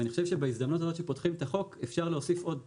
ואני חושב שבהזדמנות הזאת שפוצחים את החוק אפשר להוסיף עוד תקן,